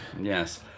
Yes